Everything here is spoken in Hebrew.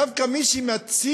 דווקא מי שמצית